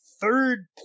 third